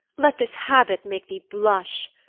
let this habit make thee blush!